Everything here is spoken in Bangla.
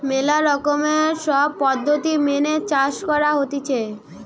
ম্যালা রকমের সব পদ্ধতি মেনে চাষ করা হতিছে